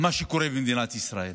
מה שקורה במדינת ישראל